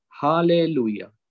Hallelujah